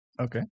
Okay